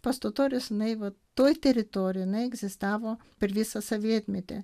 pas totorius jinai vat toj teritorijoj jinai egzistavo per visą sovietmetį